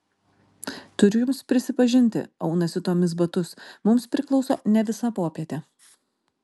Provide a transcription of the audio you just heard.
turiu jums prisipažinti aunasi tomis batus mums priklauso ne visa popietė